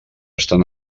estan